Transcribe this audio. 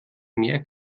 mehr